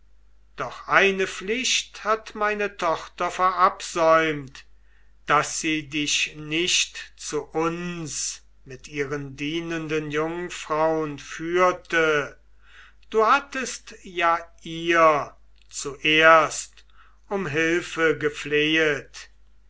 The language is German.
doch eine pflicht hat meine tochter verabsäumt daß sie dich nicht zu uns mit ihren dienenden jungfraun führte du hattest ja ihr zuerst um hilfe